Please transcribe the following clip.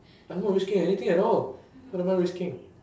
I'm not risking anything at all what am I risking